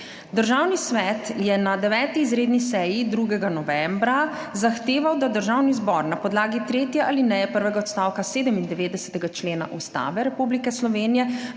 Državni svet je na 9. izredni seji 2. novembra zahteval, da Državni zbor na podlagi tretje alineje prvega odstavka 97. člena Ustave Republike Slovenije